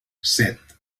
set